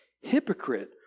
Hypocrite